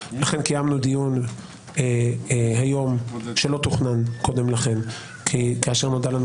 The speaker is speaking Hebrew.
לכן קיימנו דיון היום שלא תוכנן קודם לכן כאשר נודע לנו